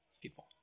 people